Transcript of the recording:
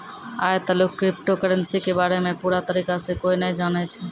आय तलुक crypto currency के बारे मे पूरा तरीका से कोय नै जानै छै